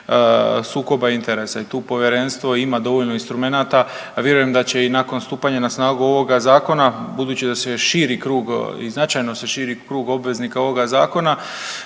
sukoba interesa i tu povjerenstvo ima dovoljno instrumenata, a vjerujem da će i nakon stupanja na snagu ovoga zakona budući da se širi krug i značajno se širi krug obveznika ovoga zakona